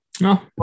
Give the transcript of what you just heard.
No